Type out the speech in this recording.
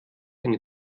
eine